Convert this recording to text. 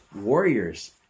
warriors